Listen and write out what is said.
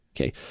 okay